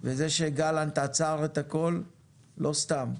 וזה גלנט עצר את הכול לא סתם,